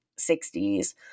60s